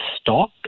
stock